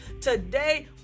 Today